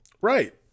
Right